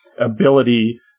ability